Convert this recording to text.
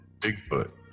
Bigfoot